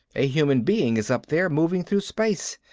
a human being is up there, moving through space.